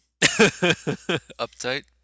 Uptight